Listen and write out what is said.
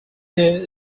there